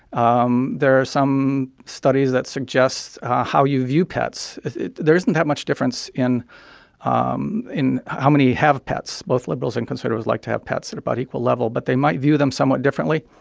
um there are some studies that suggest how you view pets there isn't that much difference in um in how many have pets. both liberals and conservatives like to have pets at about equal level. but they might view them somewhat differently.